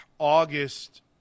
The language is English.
August